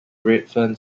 redfern